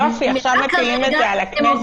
יופי, עכשיו מפילים את זה על הכנסת?